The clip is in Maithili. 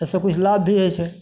एहिसँ किछु लाभ भी होइत छै